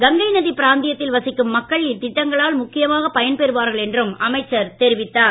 கங்கை நதிப் பிராந்தியத்தில் வசிக்கும் மக்கள் இத்திட்டங்களால் முக்கியமாக பயன்பெறுவார்கள் என்றும் அமைச்சர் தெரிவித்தார்